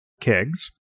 kegs